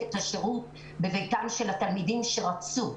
את השירות בביתם של התלמידים שרצו,